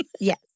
Yes